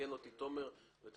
ותתקן אותי תומר אם אני טועה,